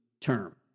term